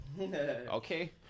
Okay